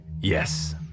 Yes